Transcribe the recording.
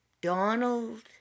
Donald